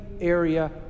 area